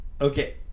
Okay